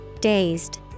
Dazed